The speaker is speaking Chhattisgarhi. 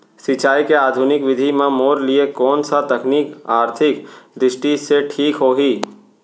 सिंचाई के आधुनिक विधि म मोर लिए कोन स तकनीक आर्थिक दृष्टि से ठीक होही?